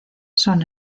son